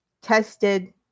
tested